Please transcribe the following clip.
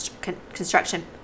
construction